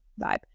vibe